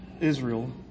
Israel